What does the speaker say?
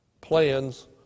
plans